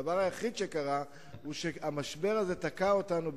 הדבר היחיד שקרה הוא שהמשבר הזה תקע אותנו,